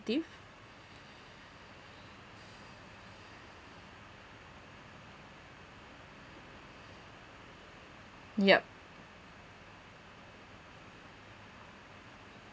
teeth yup